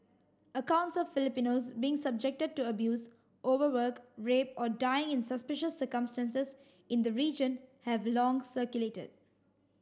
accounts of Filipinos being subjected to abuse overwork rape or dying in suspicious circumstances in the region have long circulated